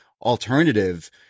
alternative